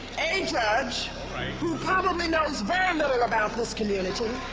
a judge who probably knows very little about this community.